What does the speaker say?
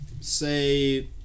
Say